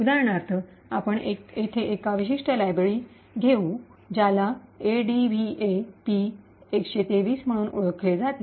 उदाहरणार्थ आपण येथे एक विशिष्ट लायब्ररी घेऊ ज्याला ADVAP123 म्हणून ओळखले जाते